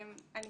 אני